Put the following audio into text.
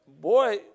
boy